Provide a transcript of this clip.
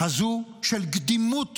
הזו של קדימות